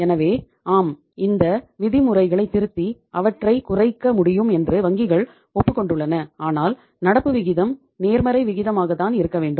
எனவே ஆம் இந்த விதிமுறைகளைத் திருத்தி அவற்றைக் குறைக்க முடியும் என்று வங்கிகள் ஒப்புக் கொண்டுள்ளன ஆனால் நடப்பு விகிதம் நேர்மறை விகிதமாகதான் இருக்க வேண்டும்